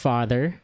Father